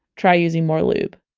try using more lube